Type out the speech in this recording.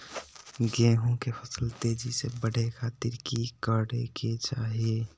गेहूं के फसल तेजी से बढ़े खातिर की करके चाहि?